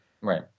Right